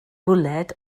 bwled